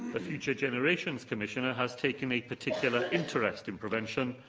the future generations commissioner has taken a particular interest in prevention,